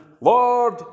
Lord